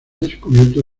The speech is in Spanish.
descubierto